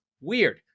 Weird